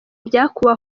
byakuwe